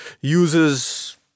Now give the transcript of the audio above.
uses